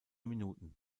minuten